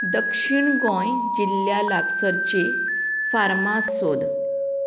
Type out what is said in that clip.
दक्षीण गोंय जिल्ल्या लागसरची फार्मास सोद